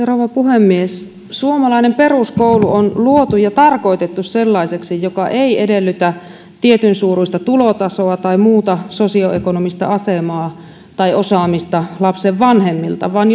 rouva puhemies suomalainen peruskoulu on luotu ja tarkoitettu sellaiseksi että se ei edellytä tietyn suuruista tulotasoa tai sosioekonomista asemaa tai osaamista lapsen vanhemmilta vaan